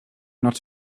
not